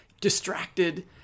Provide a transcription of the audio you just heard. distracted